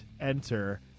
enter